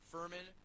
Furman